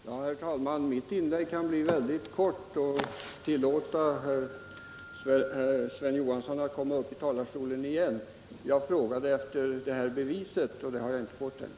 Herr talman! Mitt inlägg kan bli mycket kort och tillåta Sven Johansson att komma upp i talarstolen igen. Jag frågade efter det här beviset. Det har jag inte fått ännu.